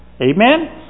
Amen